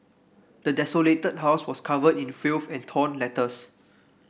the desolated house was covered in filth and torn letters